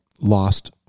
lost